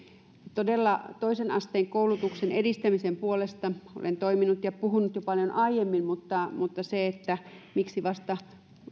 todella toisen asteen koulutuksen edistämisen puolesta olen toiminut ja puhunut jo paljon aiemmin mutta mutta se miksi vasta